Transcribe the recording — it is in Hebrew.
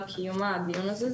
על קיום הדיון הזה.